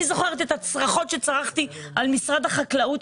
אני זוכרת את הצרחות שצרחתי על הפקידה ממשרד החקלאות.